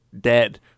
dead